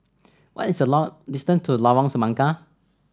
what is the distance to Lorong Semangka